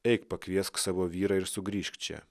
eik pakviesk savo vyrą ir sugrįžk čia